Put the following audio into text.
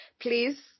please